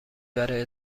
برای